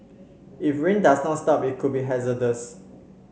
if rain does not stop it could be hazardous